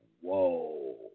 whoa